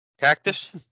Cactus